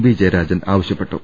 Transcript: V Jayarajan ആവശ്യപ്പെട്ടു